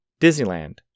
Disneyland